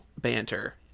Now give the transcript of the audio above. banter